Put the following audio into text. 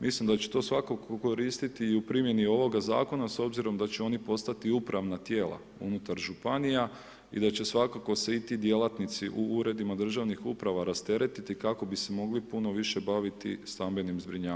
mislim da će to svakako koristiti i u primjeni ovoga zakona, s obzirom da će oni postati upravna tijela unutar županija i da će svakako se i ti djelatnici u uredima državnih uprava rasteretiti kako bi se mogli puno više baviti stambenim zbrinjavanjem.